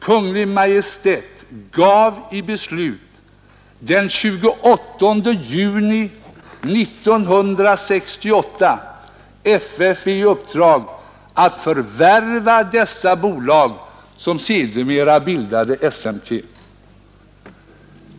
Kungl. Maj:t gav i beslut den 28 juni 1968 FFV i uppdrag att förvärva dessa bolag som sedermera bildade SMT.